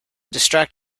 distract